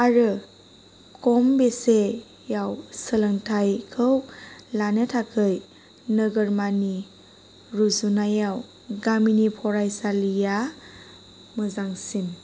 आरो खम बेसेयाव सोलोंथाइखौ लानो थाखाय नोगोरमानि रुजुनायाव गामिनि फरायसालिया मोजांसिन